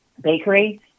bakery